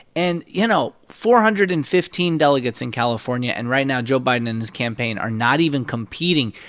and, you know, four hundred and fifteen delegates in california and right now joe biden and his campaign are not even competing.